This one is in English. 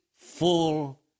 full